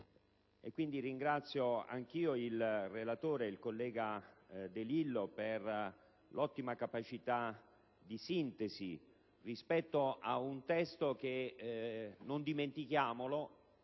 ringrazio anch'io il relatore, il collega De Lillo, per l'ottima capacità di sintesi, dal momento che questo testo, non dimentichiamolo,